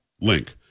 link